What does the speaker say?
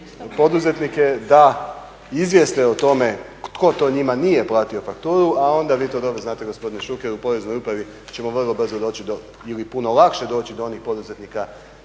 da izvijeste o tome tko to njima nije platio fakturu. A onda, vi to dobro znate gospodine Šuker, u Poreznoj upravi ćemo vrlo brzo doći do ili puno lakše doći do onih poduzetnika